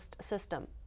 system